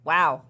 Wow